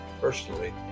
personally